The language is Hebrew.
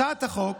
הצעת החוק